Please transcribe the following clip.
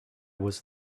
was